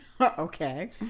Okay